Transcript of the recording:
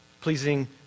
pleasing